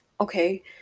okay